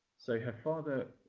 so her father,